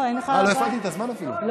לא הפעלת לי את הזמן אפילו.